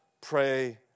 pray